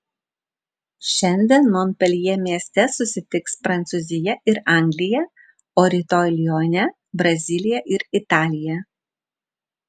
šiandien monpeljė mieste susitiks prancūzija ir anglija o rytoj lione brazilija ir italija